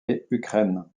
ukraine